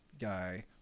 guy